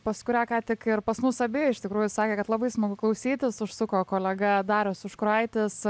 pas kurią ką tik ir pas mus abi iš tikrųjų sakė kad labai smagu klausytis užsuko kolega darius užkuraitis